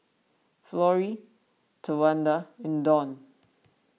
Florie Tawanda and Dawn